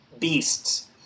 beasts